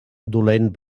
dolent